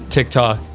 TikTok